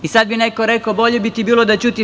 I sad bi neko rekao - bolje bi ti bilo da ćutiš.